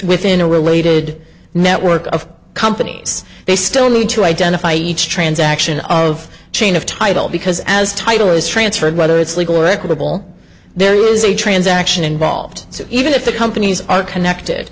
within a related network of companies they still need to identify each transaction of chain of title because as title is transferred whether it's legal or equitable there is a transaction involved so even if the companies are connected